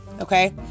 Okay